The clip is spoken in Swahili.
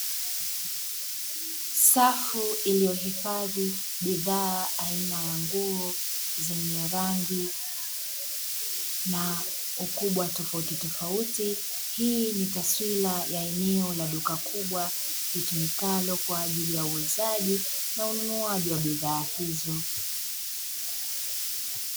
Safu iliyohifadhi bidhaa aina ya nguo zenye rangi na ukubwa tofautitofauti. Hii ni taswira ya eneo la duka kubwa litumikalo kwa ajili ya uuzaji na ununuaji wa bidhaa hizo.